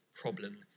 problem